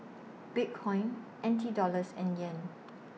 Bitcoin N T Dollars and Yen